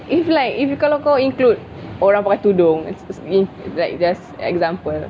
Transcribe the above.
if like if you kalau kau include orang pakai tudung like just example